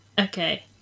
Okay